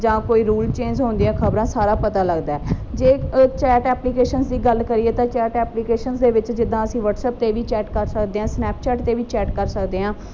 ਜਾਂ ਕੋਈ rule change ਹੋਣ ਦੀਆਂ ਖ਼ਬਰਾਂ ਸਾਰਾ ਪਤਾ ਲੱਗਦਾ ਜੇ ਚੈਟ ਐਪਲੀਕੇਸ਼ਨਸ ਦੀ ਗੱਲ ਕਰੀਏ ਤਾਂ ਚੈਟ ਐਪਲੀਕੇਸ਼ਨਸ ਦੇ ਵਿੱਚ ਜਿੱਦਾਂ ਅਸੀਂ ਵ੍ਹਾਟਸਅਪ 'ਤੇ ਵੀ ਚੈਟ ਕਰ ਸਕਦੇ ਹਾਂ ਸਨੈਪਚੈਟ 'ਤੇ ਵੀ ਚੈਟ ਕਰ ਸਕਦੇ ਹਾਂ